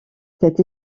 cet